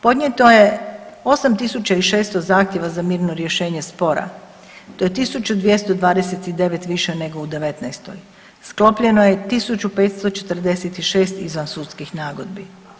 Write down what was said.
Podnijeto je 8600 zahtjeva za mirno rješenje spora, to je 1229 više nego u '19., sklopljeno je 1546 izvansudskih nagodbi.